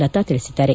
ಲತಾ ತಿಳಿಸಿದ್ದಾರೆ